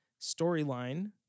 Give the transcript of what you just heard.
storyline